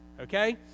Okay